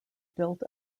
built